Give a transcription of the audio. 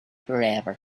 forever